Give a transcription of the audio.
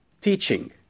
teaching